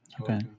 Okay